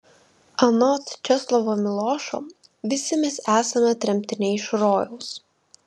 anot česlovo milošo visi mes esame tremtiniai iš rojaus